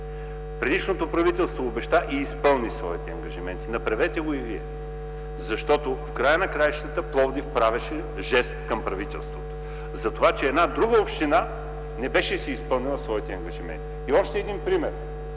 Предишното правителство обеща и изпълни своите ангажименти. Направете го и вие, защото, в края на краищата, Пловдив правеше жест към правителството затова, че една друга община не беше изпълнила своите ангажименти. И още един пример,